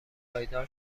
پایدار